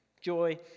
joy